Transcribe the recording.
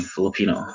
Filipino